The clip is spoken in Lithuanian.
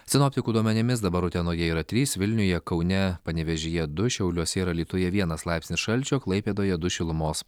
sinoptikų duomenimis dabar utenoje yra trys vilniuje kaune panevėžyje du šiauliuose ir alytuje vienas laipsnis šalčio klaipėdoje du šilumos